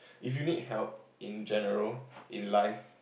if you need help in general in life